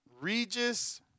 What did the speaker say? Regis